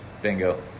Bingo